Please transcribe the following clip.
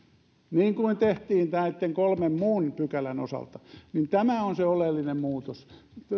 niin kuin tehtiin näitten kolmen muun pykälän osalta tämä on se oleellinen muutos